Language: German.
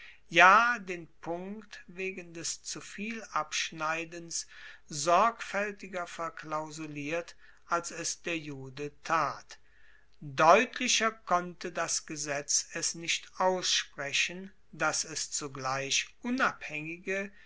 ja den punkt wegen des zuvielabschneidens sorgfaeltiger verklausuliert als es der jude tat deutlicher konnte das gesetz es nicht aussprechen dass es zugleich unabhaengige